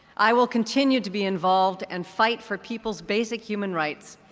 i will continue to be involved and fight for people's basic human rights.